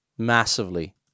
Massively